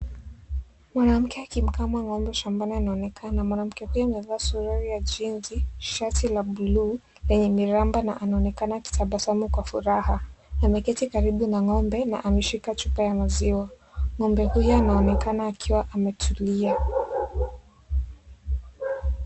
Mwanamke akimkama ng'ombe shambani anaonekana . Mwanamke huyu amevaa suruali la jinsi, shati la buluu lenye miraba na anaonekana akitabasamu kwa furaha. Ameketi karibu na ng'ombe na ameshika chupa ya maziwa. Ng'ombe huyu anaonekana akiwa ametulia.